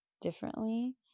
differently